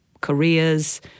careers